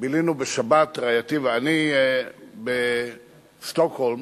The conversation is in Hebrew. בילינו רעייתי ואני בשבת בשטוקהולם,